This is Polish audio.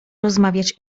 rozmawiać